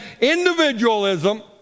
individualism